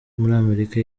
amerika